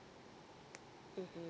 mmhmm